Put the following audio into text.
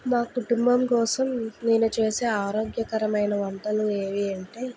మా కుటుంబం కోసం నేను చేసే ఆరోగ్యకరమైన వంటలు ఏవి అంటే